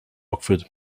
rockford